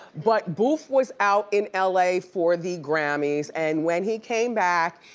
but boof was out in la for the grammy's and when he came back,